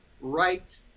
right